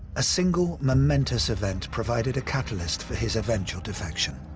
a single momentous event provided a catalyst for his eventual defection,